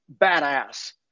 badass